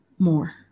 More